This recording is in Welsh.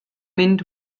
mynd